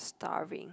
starving